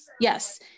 yes